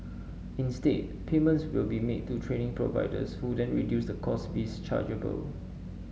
instead payments will be made to training providers who then reduce the course fees chargeable